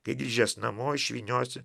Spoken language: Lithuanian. kai grįžęs namo išvyniosi